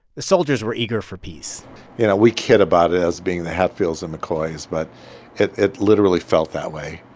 the soldiers were eager for peace you know, we kid about it is as being the hatfields and mccoys, but it it literally felt that way.